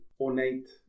ornate